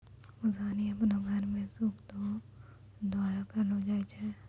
ओसानी आपनो घर मे सूप रो द्वारा करलो जाय छै